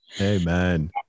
Amen